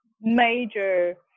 major